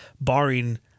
barring